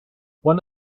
one